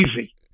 easy